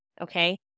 okay